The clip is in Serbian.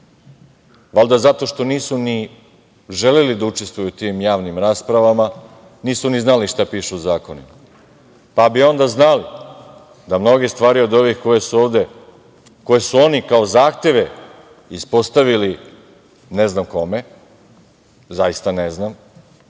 Valjda zato što nisu ni želeli da učestvuju u tim javnim raspravama, nisu ni znali šta piše u zakonu. Pa bi onda znali da mnoge stvari, od ovih koje su ovde, koji su oni kao zahteve ispostavili ne znam kome, zaista ne znam,